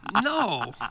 No